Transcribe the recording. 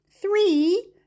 three